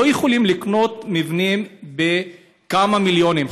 לא יכולים לבנות מבנים בכמה מיליונים,